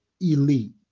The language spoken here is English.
elite